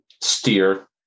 steer